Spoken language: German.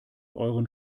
euren